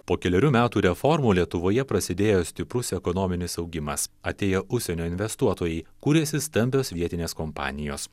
po kelerių metų reformų lietuvoje prasidėjo stiprus ekonominis augimas atėjo užsienio investuotojai kūrėsi stambios vietinės kompanijos